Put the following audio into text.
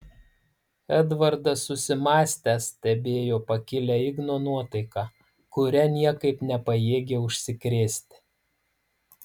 edvardas susimąstęs stebėjo pakilią igno nuotaiką kuria niekaip nepajėgė užsikrėsti